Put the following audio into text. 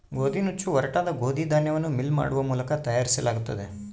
ಗೋದಿನುಚ್ಚು ಒರಟಾದ ಗೋದಿ ಧಾನ್ಯವನ್ನು ಮಿಲ್ ಮಾಡುವ ಮೂಲಕ ತಯಾರಿಸಲಾಗುತ್ತದೆ